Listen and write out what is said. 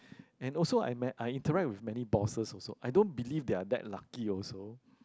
and also I met I interact with many bosses also I don't believe they are that lucky also